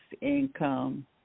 income